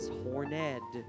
horned